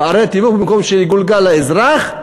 ופער התיווך, במקום שיגולגל לאזרח,